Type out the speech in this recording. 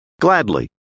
gladly